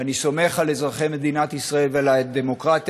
ואני סומך על אזרחי מדינת ישראל ועל הדמוקרטיה